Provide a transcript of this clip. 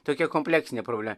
tokia kompleksinė problema